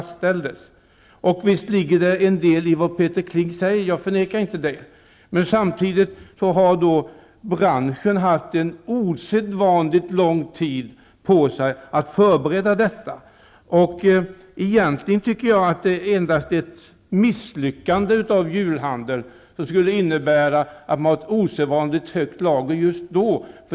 Visst ligger det en del i vad Peter Kling säger, jag förnekar inte det, men samtidigt har branschen haft osedvanligt lång tid på sig för förberedelser. Egentligen tycker jag att endast ett misslyckande för julhandeln skulle medföra osedvanligt stora lager just vid årsskiftet.